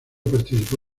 participó